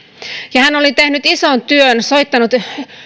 ja hän oli tehnyt ison työn soittanut